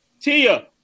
Tia